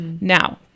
now